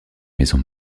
maison